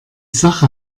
sache